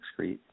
excrete